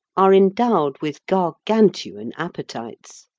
are endowed with gargantuan appetites.